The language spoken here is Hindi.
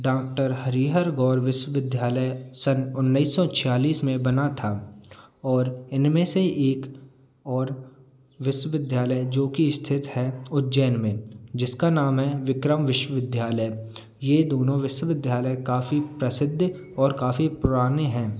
डाक्टर हरिहर गौर विश्वविद्यालय सन उन्नीस सौ छियालिस में बना था और इनमें से एक और विश्वविद्यालय जो कि स्थित है उज्जैन में जिसका नाम है विक्रम विश्वविद्यालय ये दोनों विश्वविद्यालय काफ़ी प्रसिद्ध और काफ़ी पुराने हैं